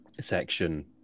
Section